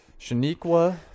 Shaniqua